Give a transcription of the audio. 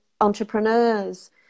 entrepreneurs